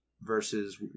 versus